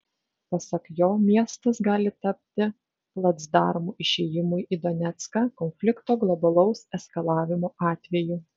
pasak jo miestas gali tapti placdarmu išėjimui į donecką konflikto globalaus eskalavimo atveju